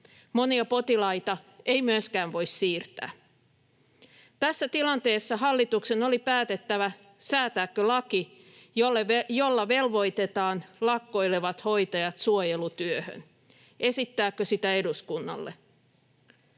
Monia potilaita ei myöskään voi siirtää. Tässä tilanteessa hallituksen oli päätettävä, säätääkö laki, jolla velvoitetaan lakkoilevat hoitajat suojelutyöhön, esittääkö sitä eduskunnalle.